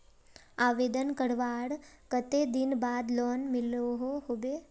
आवेदन करवार कते दिन बाद लोन मिलोहो होबे?